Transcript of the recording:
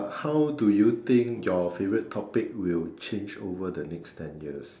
how do you think your favourite topic will change over the next ten years